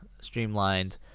streamlined